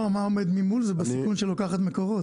מה עומד ממול זה בסיכון שלוקחת מקורות,